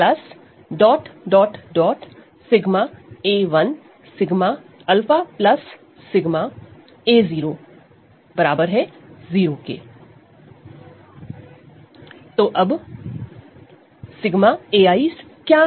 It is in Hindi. Refer Slide Time 1016 तो अब Refer Time 1014 𝜎ai 's का क्या